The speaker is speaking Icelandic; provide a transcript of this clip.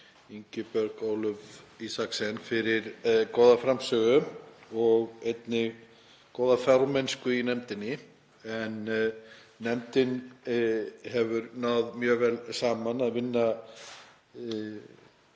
Ingibjörgu Ólöfu Isaksen fyrir góða framsögu og einnig góða formennsku í nefndinni. Nefndin hefur náð mjög vel saman og unnið